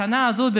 השנה הזאת,